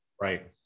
Right